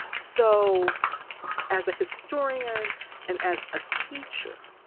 so as a historian and as a teacher,